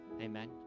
amen